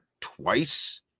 twice